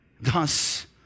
Thus